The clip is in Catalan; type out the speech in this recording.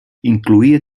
incloïa